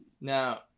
Now